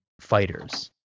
fighters